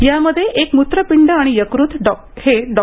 यामध्ये एक मूत्रपिंड आणि यक्रूत हे डॉ